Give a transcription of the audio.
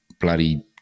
bloody